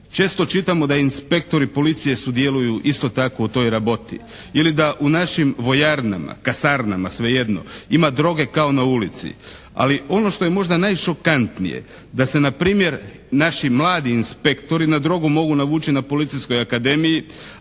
Često čitamo da inspektori policije sudjeluju isto tako u toj raboti. Ili da u našim vojarnama, kasarnama, svejedno, ima droge kao na ulici. Ali ono što je možda najšokantnije da se npr. naši mladi inspektori na drogu mogu navući na Policijskoj akademiji,